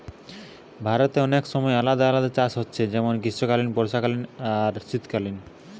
ভারতে অনেক সময় আলাদা আলাদা চাষ হচ্ছে যেমন গ্রীষ্মকালীন, বর্ষাকালীন আর শীতকালীন